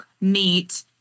meet